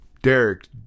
Derek